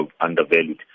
undervalued